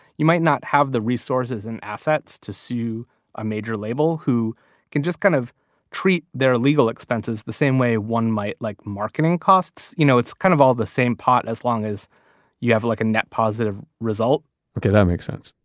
you might not have the resources and assets to sue a major label who can just kind of treat their legal expenses the same way one might like marketing costs. you know it's kind of all the same pot as long as you have like a net positive result okay, that makes sense.